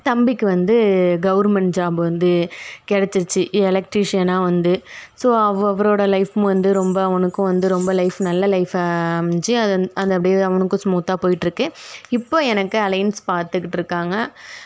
தம்பிக்கு வந்து government job வந்து கிடச்சிருச்சி எலக்ட்ரிசியனாக வந்து ஸோ அவரோடய லைஃபும் வந்து ரொம்ப அவனுக்கும் வந்து ரொம்ப லைஃப் நல்ல லைஃப் அமைஞ்சி அது அப்படியே அவனுக்கும் ஸ்மூத்தாக போயிட்டிருக்கு இப்போது எனக்கு அலைன்ஸ் பார்த்துக்குட்ருக்காங்க